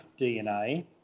DNA